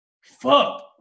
fuck